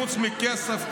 חוץ מכסף,